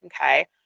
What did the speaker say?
Okay